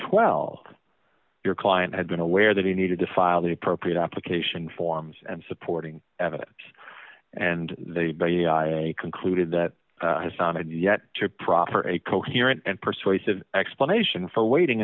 twelve your client had been aware that he needed to file the appropriate application forms and supporting evidence and they concluded that hasan had yet to proffer a coherent and persuasive explanation for waiting